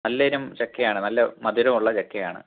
നല്ല ഐറ്റം ചക്കയാണ് നല്ല മധുരമുള്ള ചക്കയാണ്